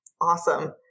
Awesome